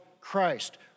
Christ